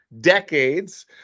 decades